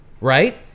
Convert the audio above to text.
Right